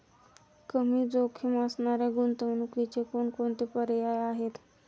कमी जोखीम असणाऱ्या गुंतवणुकीचे कोणकोणते पर्याय आहे?